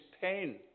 pain